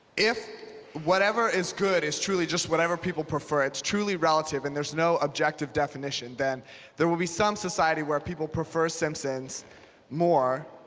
if whatever is good is truly just whatever people prefer it's truly relative and there's no objective definition then there will be some society where people prefer simpsons more